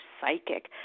psychic